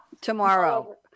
tomorrow